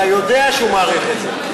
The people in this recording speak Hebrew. אתה יודע שהוא מעריך את זה.